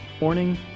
Morning